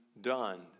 done